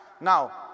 Now